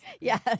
Yes